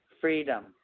freedom